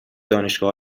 دانشگاه